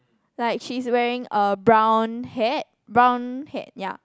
like she's wearing a brown hat brown hat ya